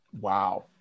Wow